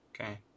okay